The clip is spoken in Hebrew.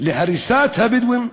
להריסת הבדואים,